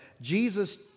Jesus